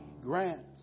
grants